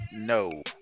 No